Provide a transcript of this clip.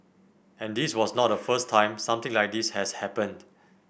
and this was not the first time something like this has happened